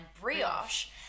Brioche